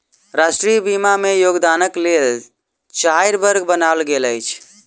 राष्ट्रीय बीमा में योगदानक लेल चाइर वर्ग बनायल गेल अछि